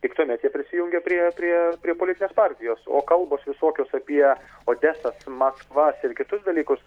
tik tuomet jie prisijungė prie prie prie politinės partijos o kalbos visokios apie odesą maskvas ir kitus dalykus